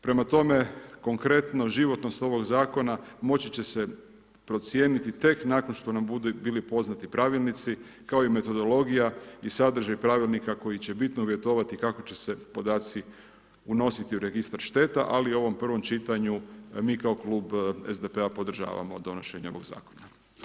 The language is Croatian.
Prema tome, konkretno životnost ovog zakona moći će se procijeniti tek nakon što nam budu bili poznati pravilnici kao i metodologija i sadržaj pravilnika koji će bitno uvjetovati kako će se podaci unositi u Registar šteta ali u prvom čitanju mi kao klub SDP-a podržavamo donošenje ovog zakona.